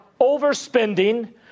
overspending